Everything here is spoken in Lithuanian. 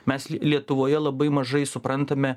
mes lietuvoje labai mažai suprantame